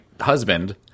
husband